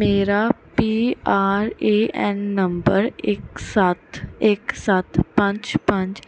ਮੇਰਾ P R A N number ਇੱਕ ਸੱਤ ਇੱਕ ਸੱਤ ਪੰਜ ਪੰਜ